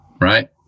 right